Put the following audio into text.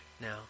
now